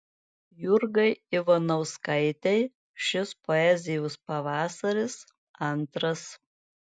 jurgai ivanauskaitei šis poezijos pavasaris antras